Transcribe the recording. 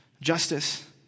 justice